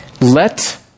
Let